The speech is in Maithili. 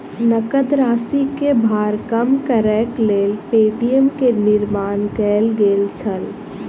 नकद राशि के भार कम करैक लेल पे.टी.एम के निर्माण कयल गेल छल